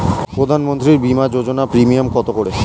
প্রধানমন্ত্রী বিমা যোজনা প্রিমিয়াম কত করে?